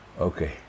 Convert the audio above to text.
Okay